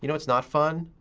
you know what's not fun?